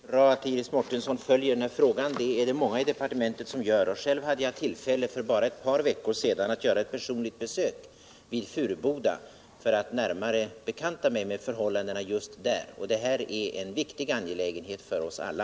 Herr talman! Det är bra att Iris Mårtensson följer den här frågan. Det är det många i utbildningsdepartementet som gör. Själv hade jag för bara ett par veckor sedan tillfälle att göra ett personligt besök vid Furuboda för att närmare bekanta mig med förhållandena just där. Det här är en viktig angelägenhet för oss alla.